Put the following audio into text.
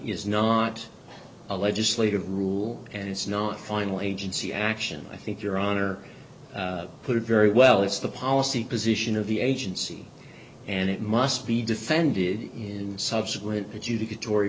is not a legislative rule and it's not final agency action i think your honor put it very well it's the policy position of the agency and it must be defended in subsequent